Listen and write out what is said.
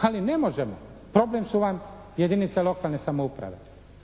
ali ne možemo. Problem su vam jedinice lokalne samouprave,